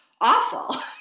awful